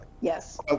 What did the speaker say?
Yes